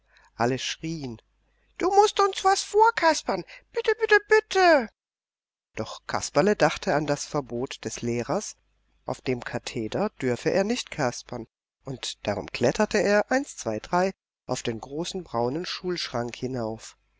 alle schrieen du mußt uns was vorkaspern bitte bitte bitte doch kasperle dachte an das verbot des lehrers auf dem katheder dürfe er nicht kaspern und darum kletterte er eins zwei drei auf den großen braunen schulschrank hinauf